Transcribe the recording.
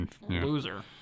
loser